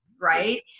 right